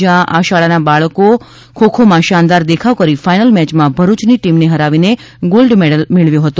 જયાં આ શાળાના બાળકો ખો ખોમાં શાનદાર દેખાવ કરી ફાઇનલ મેચમાં ભરૂચ ટીમને હરાવીને ગોલ્ડ મેડલ મેડવ્યો હતો